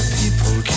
people